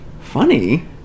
funny